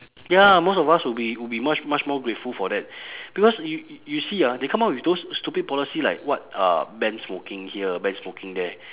ya most of us would be would be much much more grateful for that because you you you see ah they come up with those stupid policy like what uh ban smoking here ban smoking there